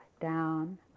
down